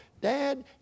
dad